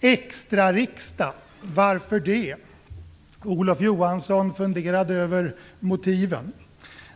Extrariksdag - varför det? Olof Johansson funderade över motiven.